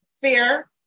Fear